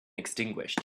extinguished